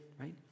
right